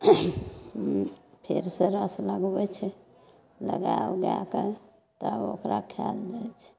ई फेर से रस लगबै छै लगा ओगा कऽ तब ओकरा खाएल जाइत छै